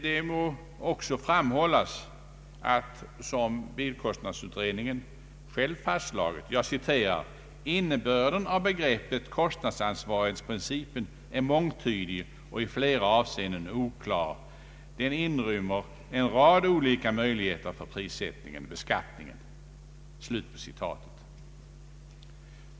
Det må också framhållas att — som bilkostnadsutredningen själv fastslagit — ”innebörden av begreppet kostnadsansvarighetsprincipen är mångtydig och i flera avseenden oklar; den inrymmer en rad olika möjligheter för prissättningen ”.